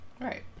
Right